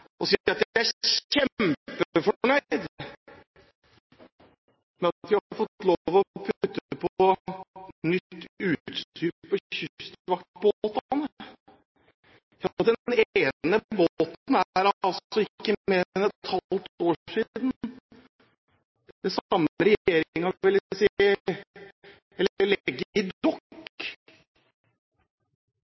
at vi har fått lov til å putte på nytt utstyr på kystvaktbåtene. Ja, den ene båten er det altså ikke mer enn et halvt år siden den samme regjeringen ville legge i dokk